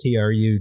TRU